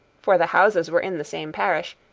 for the houses were in the same parish,